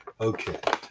Okay